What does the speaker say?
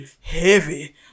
heavy